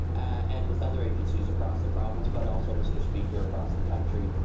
and with other agent sills across the province, but also, mr. speaker, across the country,